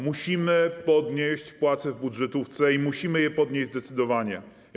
Musimy podnieść płace w budżetówce i musimy je podnieść zdecydowanie.